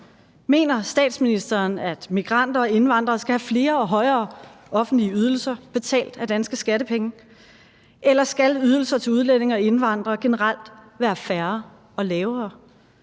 Mener statsministeren, at migranter og indvandrere skal have flere og højere offentlige ydelser betalt af danske skattepenge, eller skal ydelser til udlændinge og indvandrere generelt være færre og lavere?